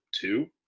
two